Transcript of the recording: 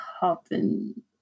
happen